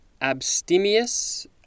abstemious